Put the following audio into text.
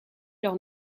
leur